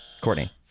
Courtney